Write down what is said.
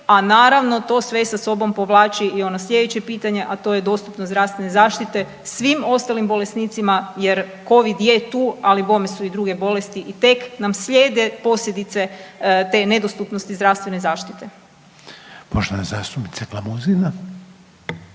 a naravno, to sve sa sobom povlači i ono sljedeće pitanje, a to je dostupnost zdravstvene zaštite svim ostalim bolesnicima jer Covid je tu, ali bome su i druge bolesti i tek nam slijede posljedice te nedostupnosti zdravstvene zaštite. **Reiner, Željko